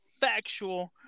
factual